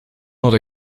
not